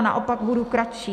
Já naopak budu kratší.